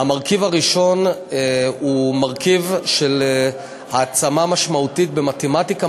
המרכיב הראשון הוא מרכיב של העצמה משמעותית במתמטיקה,